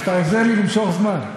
אתה עוזר לי למשוך זמן.